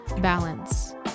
balance